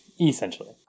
Essentially